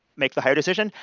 make the hire decision.